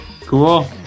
cool